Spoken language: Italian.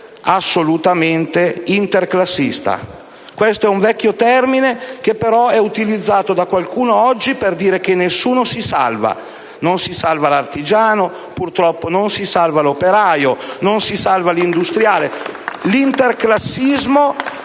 assolutamente interclassista. Questo è un vecchio termine, che però è utilizzato oggi da qualcuno per spiegare che nessuno si salva: non si salva l'artigiano, purtroppo, non si salva l'operaio e non si salva l'industriale. *(Applausi